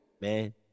Man